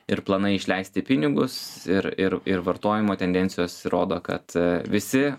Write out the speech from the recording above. ir planai išleisti pinigus ir ir ir vartojimo tendencijos rodo kad visi